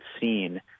seen